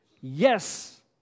Yes